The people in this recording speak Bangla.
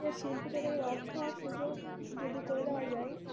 তো শিল্পীদের এই অর্থ আর সুযোগ যদি করে দেওয়া যায়